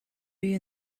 you